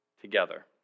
together